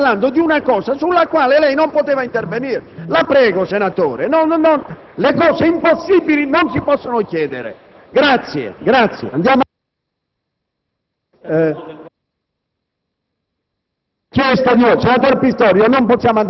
perché è assolutamente irrituale. Stiamo parlando di una cosa sulla quale lei non poteva intervenire. La prego, senatore, le cose impossibili non si possono chiedere. Grazie.